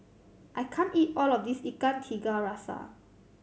I can't eat all of this Ikan Tiga Rasa